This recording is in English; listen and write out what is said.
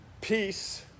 peace